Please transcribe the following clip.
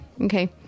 Okay